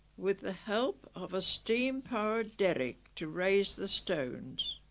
with the help of a steam-powered derrick to raise the stones